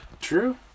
True